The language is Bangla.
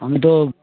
আমি তো